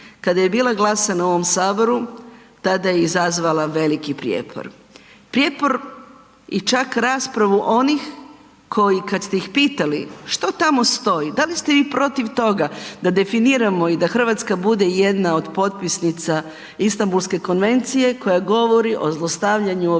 kad je bila glasana u ovom HS, tada je izazvala veliki prijepor, prijepor i čak raspravu onih koji kad ste ih pitali što tamo stoji, da li ste vi protiv toga, da definiramo i da RH bude jedna od potpisnica Istambulske konvencije koja govori o zlostavljaju u obitelji,